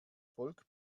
volk